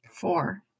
Four